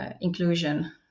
inclusion